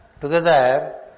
together